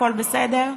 הכול בסדר?